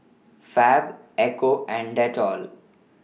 Fab Ecco and Dettol